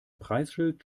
preisschild